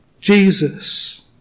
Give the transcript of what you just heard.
Jesus